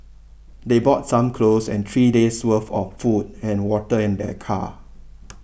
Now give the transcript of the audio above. they brought some clothes and three days worth of food and water in their car